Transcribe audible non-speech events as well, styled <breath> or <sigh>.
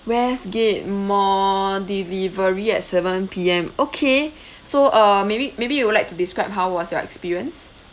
westgate mall delivery at seven P_M okay <breath> so uh maybe maybe you would like to describe how was your experience